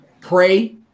pray